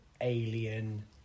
alien